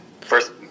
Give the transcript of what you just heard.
First